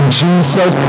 jesus